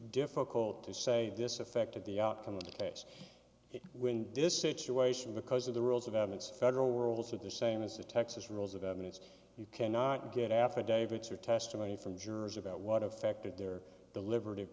difficult to say this affected the outcome of the case when this situation because of the rules of evidence federal rules of the same as the texas rules of evidence you cannot get affidavits or testimony from jurors about what affected their deliber